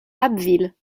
abbeville